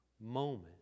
moment